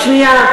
שנייה.